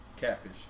catfish